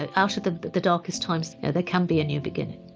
and out of the the darkest times there can be a new beginning.